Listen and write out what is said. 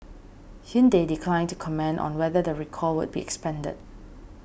Hyundai declined to comment on whether the recall would be expanded